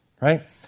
right